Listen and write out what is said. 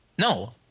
No